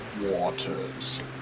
waters